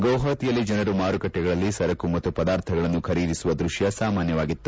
ಗುವಾಪತಿಯಲ್ಲಿ ಜನರು ಮಾರುಕಟ್ಟೆಗಳಲ್ಲಿ ಸರಕು ಮತ್ತು ಪದಾರ್ಥಗಳನ್ನು ಖರೀದಿಸುವ ದೃಶ್ಯ ಸಾಮಾನ್ಯವಾಗಿತ್ತು